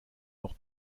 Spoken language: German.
noch